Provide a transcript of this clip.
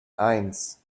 eins